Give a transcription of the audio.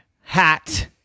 hat